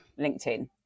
LinkedIn